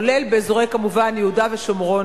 כולל כמובן באזורי יהודה ושומרון,